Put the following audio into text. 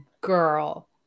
girl